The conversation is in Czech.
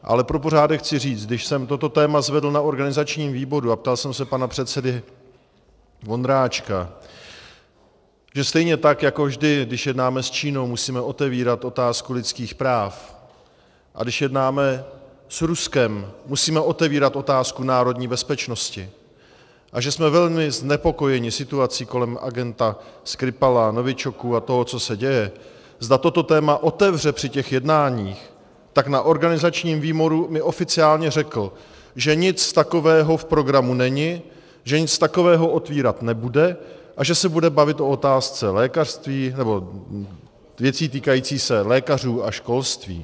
Ale pro pořádek chci říct, že když jsem toto téma zvedl na organizačním výboru a ptal jsem se pana předsedy Vondráčka, že stejně tak jako vždy, když jednáme s Čínou, musíme otevírat otázku lidských práv, a když jednáme s Ruskem, musíme otevírat otázku národní bezpečnosti, a že jsme velmi znepokojeni situací kolem agenta Skripala, novičoku a toho, co se děje, zda toto téma otevře při těch jednáních, tak na organizačním výboru mi oficiálně řekl, že nic takového v programu není, že nic takového otvírat nebude a že se bude bavit o otázce lékařství, nebo věcí, týkajících se lékařů a školství.